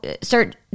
start